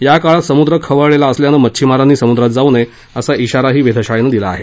या काळात समुद्र खवळलेला असल्यानं मच्छिमारांनी समुद्रात जाऊ नये असा इशाराही वेधशाळेनं दिला आहे